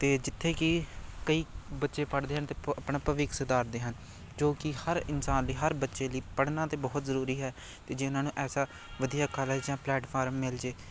ਅਤੇ ਜਿੱਥੇ ਕਿ ਕਈ ਬੱਚੇ ਪੜ੍ਹਦੇ ਹਨ ਅਤੇ ਪ ਆਪਣਾ ਭਵਿੱਖ ਸੁਧਾਰਦੇ ਹਨ ਜੋ ਕਿ ਹਰ ਇਨਸਾਨ ਲਈ ਹਰ ਬੱਚੇ ਲਈ ਪੜ੍ਹਨਾ ਤਾਂ ਬਹੁਤ ਜ਼ਰੂਰੀ ਹੈ ਅਤੇ ਜੇ ਉਹਨਾਂ ਨੂੰ ਐਸਾ ਵਧੀਆ ਕਾਲਜ ਜਾਂ ਪਲੇਟਫਾਰਮ ਮਿਲ ਜੇ